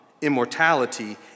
immortality